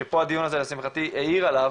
שפה הדיון הזה לשמחתי האיר עליו,